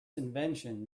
invention